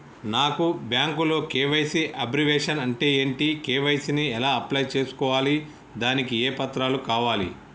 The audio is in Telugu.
నాకు బ్యాంకులో కే.వై.సీ అబ్రివేషన్ అంటే ఏంటి కే.వై.సీ ని ఎలా అప్లై చేసుకోవాలి దానికి ఏ పత్రాలు కావాలి?